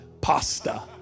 pasta